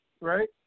right